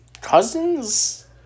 Cousins